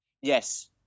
Yes